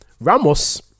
Ramos